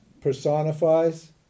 personifies